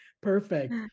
Perfect